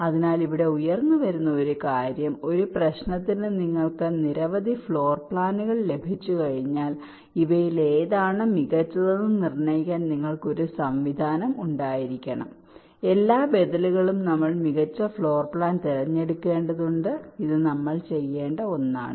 അതിനാൽ ഇവിടെ ഉയർന്നുവരുന്ന കാര്യം ഒരു പ്രശ്നത്തിന് നിങ്ങൾക്ക് നിരവധി ഫ്ലോർ പ്ലാനുകൾ ലഭിച്ചുകഴിഞ്ഞാൽ ഇവയിൽ ഏതാണ് മികച്ചതെന്ന് നിർണ്ണയിക്കാൻ നിങ്ങൾക്ക് ഒരു സംവിധാനം ഉണ്ടായിരിക്കണം എല്ലാ ബദലുകളിലും നമ്മൾ മികച്ച ഫ്ലോർ പ്ലാൻ തിരഞ്ഞെടുക്കേണ്ടതുണ്ട് ഇത് നമ്മൾ ചെയ്യേണ്ട ഒന്നാണ്